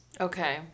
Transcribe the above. okay